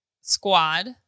squad